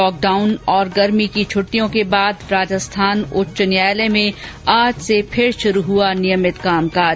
lockdown और गर्मी की छुट्टियों के बाद राजस्थान उच्च न्यायालय में आज से फिर शुरू हुआ नियमित कामकाज